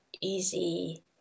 easy